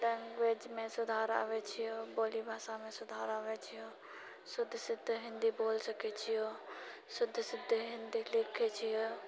लेंग्वेजमे सुधार आबै छिऔ बोली भाषामे सुधार आबै छिऔ शुद्ध शुद्ध हिन्दी बोल सकै छिऔ शुद्ध शुद्ध हिन्दी लिखैत छिऔ